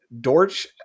dorch